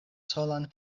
solan